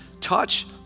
touch